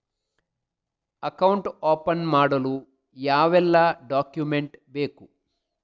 Account open ಮಾಡಲು ಯಾವೆಲ್ಲ document ಬೇಕು?